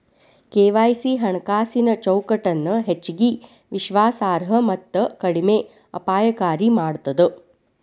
KYC ಹಣಕಾಸಿನ್ ಚೌಕಟ್ಟನ ಹೆಚ್ಚಗಿ ವಿಶ್ವಾಸಾರ್ಹ ಮತ್ತ ಕಡಿಮೆ ಅಪಾಯಕಾರಿ ಮಾಡ್ತದ